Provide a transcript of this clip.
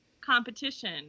competition